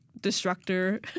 destructor